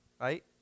right